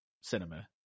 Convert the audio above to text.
cinema